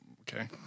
okay